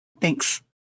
thanks